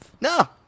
No